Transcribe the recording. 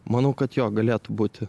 manau kad jo galėtų būti